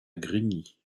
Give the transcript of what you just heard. grigny